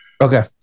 Okay